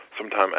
sometime